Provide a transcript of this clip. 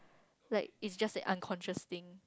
like it's just a unconscious thing